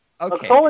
Okay